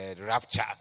rapture